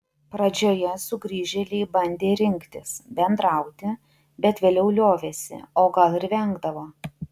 pradžioje sugrįžėliai bandė rinktis bendrauti bet vėliau liovėsi o gal ir vengdavo